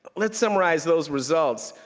let's summarize those results.